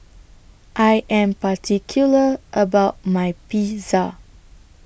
I Am particular about My Pizza